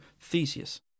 Theseus